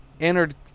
entered